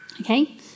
Okay